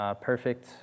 perfect